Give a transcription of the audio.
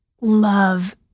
love